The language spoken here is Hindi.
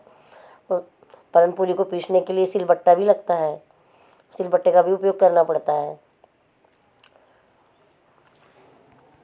पानपुरी को पीसने के लिए सिलबट्टा भी लगता है सिल बट्टे का भी उपयोग करना पड़ता है